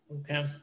Okay